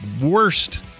worst